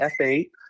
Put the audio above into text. f8